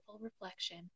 reflection